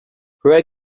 where